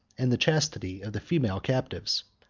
and the chastity of the female captives.